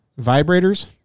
vibrators